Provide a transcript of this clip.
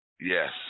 Yes